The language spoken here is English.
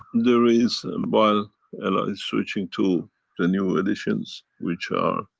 there is. and while ella is switching to the new editions which are